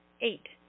Eight